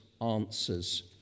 answers